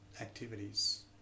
activities